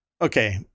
okay